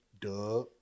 Duh